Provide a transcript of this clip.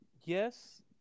Yes